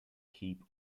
keep